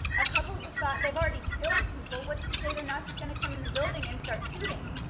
a couple of us thought they've already killed people, what's to say they're not just gonna come in the building and start shooting?